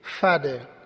Father